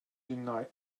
deny